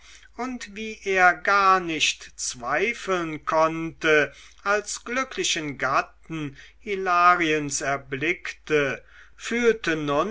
und wie er gar nicht zweifeln konnte als glücklichen gatten hilariens erblickte fühlte